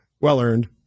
Well-earned